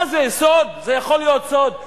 מה זה, זה יכול להיות סוד?